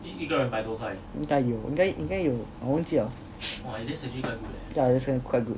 应该有应该应该有我忘记了 yeah that's actually quite good